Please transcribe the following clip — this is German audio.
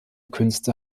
künste